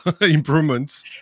improvements